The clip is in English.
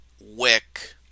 Wick